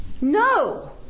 No